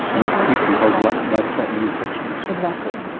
these these can cause life threatening infections. exactly.